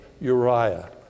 Uriah